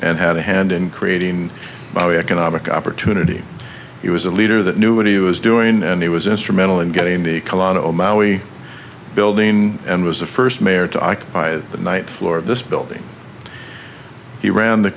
and had a hand in creating by economic opportunity he was a leader that knew what he was doing and he was instrumental in getting the kalonzo maui building and was the first mayor to occupy the night floor of this building he ran the